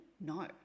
No